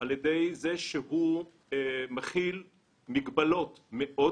על ידי זה שהוא מחיל מגבלות מאוד